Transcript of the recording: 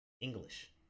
English